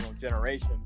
generation